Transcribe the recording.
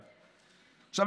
1. עכשיו,